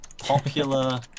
Popular